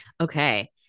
Okay